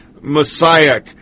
Messiah